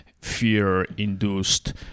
fear-induced